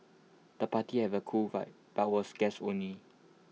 the party had A cool vibe but was guests only